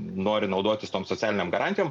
nori naudotis tom socialinėm garantijom